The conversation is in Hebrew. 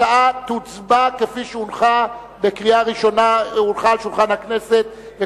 נצביע על ההצעה כפי שהונחה על שולחן הכנסת לקריאה ראשונה,